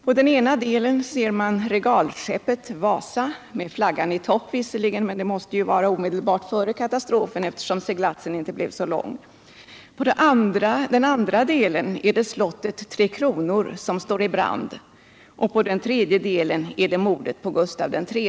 På den ena delen ser man regalskeppet Wasa — med flaggan i topp visserligen. Men det måste ju vara omedelbart före katastrofen, eftersom seglatsen inte blev så lång. På den andra delen ser man slottet Tre Kronor, som står i brand, och på den tredje delen visas mordet på Gustav III.